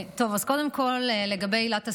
אז קודם כול לגבי עילת הסבירות.